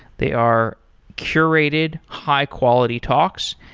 they are curated high quality talks,